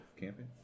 Camping